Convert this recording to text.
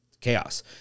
chaos